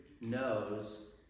knows